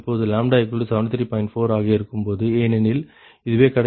4 ஆக இருக்கும்போது ஏனெனில் இதுவே கடைசி மதிப்பு 73